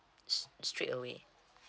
st~ straight away